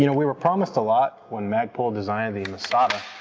you know we were promised a lot when magpul designed the masada.